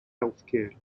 healthcare